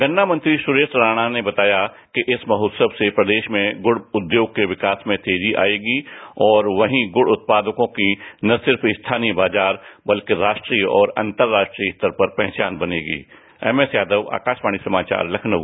गन्ना मंत्री सुरेश राणा ने बताया कि इस महोत्सव से प्रदेश में गुड़ रद्वोग के विकास में तेजी आएगी वही गुड उत्पादकों की न सिर्फ स्थानीय बाजार बल्कि राष्ट्रीय और अंतरराष्ट्रीय स्तर पर भी पहचान बनेगी एम एस यादव आकाशवाणी समाचार लखनउ